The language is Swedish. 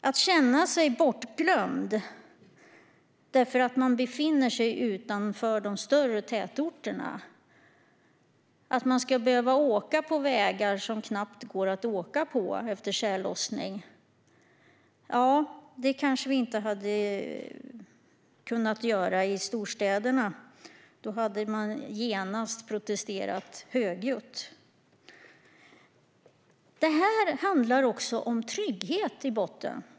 Att känna sig bortglömd därför att man befinner sig utanför de större tätorterna och att behöva åka på vägar som knappt går att åka på efter tjällossning är kanske inte något vi hade ställt upp på i storstäderna. Då hade vi genast protesterat högljutt. Detta handlar också om trygghet i botten.